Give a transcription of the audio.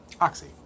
oxy